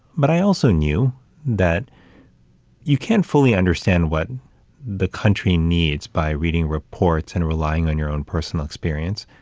but i also knew that you can't fully understand what the country needs by reading reports and relying on your own personal experience.